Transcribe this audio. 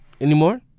Anymore